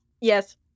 Yes